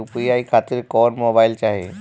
UPI खातिर कौन mobile चाहीं?